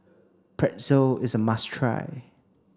Pretzel is a must try